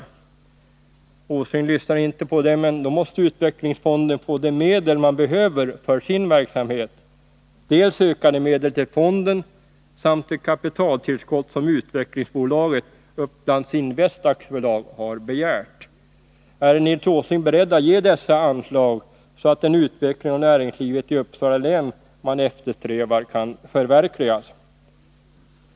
Nils Åsling lyssnar inte på det, men då måste utvecklingsfonden få de medel den behöver för sin verksamhet: dels ökade medel till fonden, dels det kapitaltillskott som utvecklingsbolaget Upplands Invest AB har begärt. Är Nils Åsling beredd att ge dessa anslag, så att den utveckling av näringslivet i Uppsala län man eftersträvar kan förverkligas?